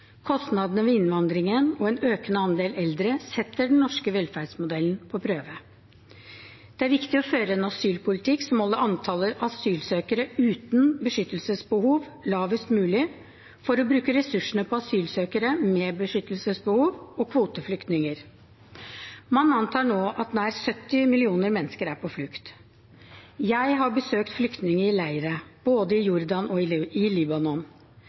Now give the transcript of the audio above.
Kostnadene ved innvandring og en økende andel eldre setter den norske velferdsmodellen på prøve. Det er viktig å føre en asylpolitikk som holder antallet asylsøkere uten beskyttelsesbehov lavest mulig, for å bruke ressursene på asylsøkere med beskyttelsesbehov og kvoteflyktninger. Man antar nå at nær 70 millioner mennesker er på flukt. Jeg har besøkt flyktninger i leirer både i Jordan og i Libanon.